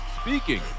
speaking